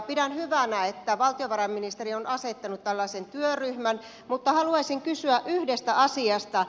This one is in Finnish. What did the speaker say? pidän hyvänä että valtiovarainministeri on asettanut tällaisen työryhmän mutta haluaisin kysyä yhdestä asiasta